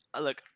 Look